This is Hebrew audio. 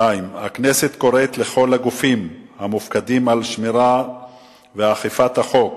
2. הכנסת קוראת לכל הגופים המופקדים על שמירה ואכיפה של החוק